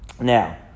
Now